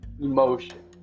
emotion